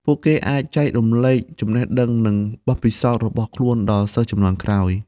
ពួកគេអាចចែករំលែកចំណេះដឹងនិងបទពិសោធន៍របស់ខ្លួនដល់សិស្សជំនាន់ក្រោយ។